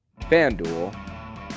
FanDuel